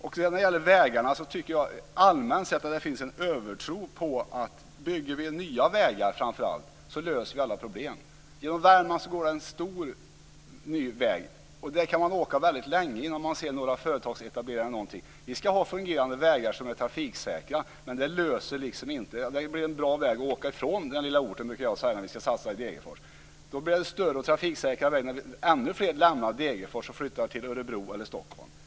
När det gäller vägarna tycker jag allmänt sett att det finns en övertro på att om vi bygger nya vägar så löser vi alla problem. Genom Värmland går en stor ny väg. På den kan man åka väldigt länge innan man ser några företagsetableringar. Vi ska ha fungerande vägar som är trafiksäkra. Men det är ingen lösning. Det blir en bra väg för att åka ifrån den lilla orten, brukar jag säga när vi ska göra satsningar i Degerfors. Med större trafiksäkra vägar blir det ännu fler som lämnar Degerfors och flyttar till Örebro eller Stockholm.